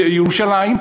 בירושלים,